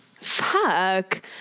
Fuck